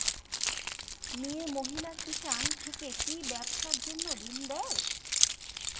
মিয়ে মহিলা কিষান থেকে কি ব্যবসার জন্য ঋন দেয়?